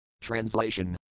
Translation